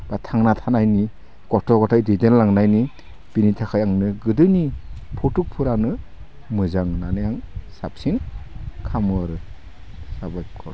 बा थांना थानायनि गथ' गथाय दैदेनलांनायनि बिनि थाखाय आंनो गोदोनि फट'फोरानो मोजां होननानै आं साबसिन खालामो आरो साबायखर